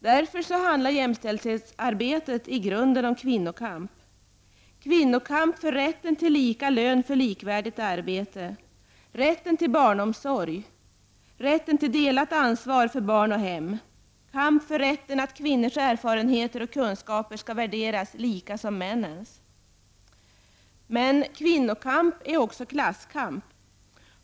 Därför handlar jämställdshetsarbetet i grunden om kvinnokamp -- kvinnokamp för rätten till lika lön för likvärdigt arbete, rätten till barnomsorg, rätten till delat ansvar för barn och hem -- och om kampen för rätten att kvinnors erfarenheter och kunskaper skall värderas på samma sätt som männens. Men kvinnokamp är också klasskamp.